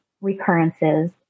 recurrences